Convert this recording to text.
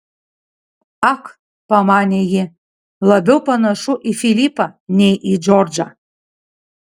ak pamanė ji labiau panašu į filipą nei į džordžą